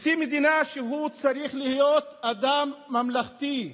נשיא המדינה, שצריך להיות אדם ממלכתי,